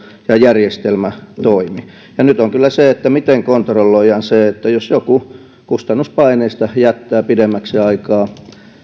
ja järjestelmä toimi nyt on kyllä se että miten kontrolloidaan jos joku kustannuspaineista jättää pidemmäksi aikaa